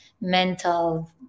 mental